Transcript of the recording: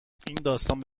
داستان